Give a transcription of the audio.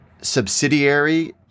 subsidiary